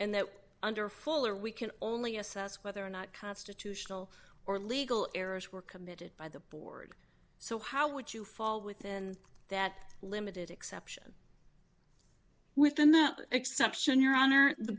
and that under fuller we can only assess whether or not constitutional or legal errors were committed by the board so how would you fall within that limited exception within that exception your honor the